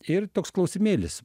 ir toks klausimėlis